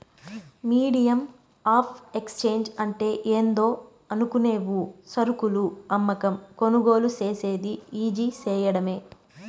medium of exchange అంటే ఏందో అనుకునేవు సరుకులు అమ్మకం, కొనుగోలు సేసేది ఈజీ సేయడమే